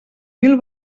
mil